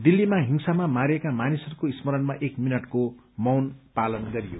दिल्लीमा हिंसामा मारिएका मानिसहरूको स्मरणमा एक मिनटको मौन पालन गरियो